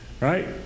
Right